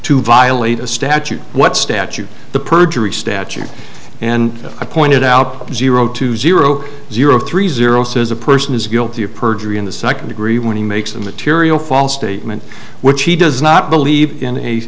to violate a statute what statute the perjury statute and i pointed out zero two zero zero three zero says a person is guilty of perjury in the second degree when he makes a material false statement which he does not believe in a